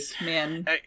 man